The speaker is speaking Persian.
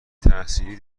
تحصیلی